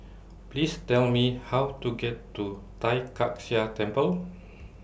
Please Tell Me How to get to Tai Kak Seah Temple